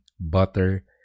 butter